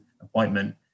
appointment